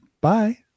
Bye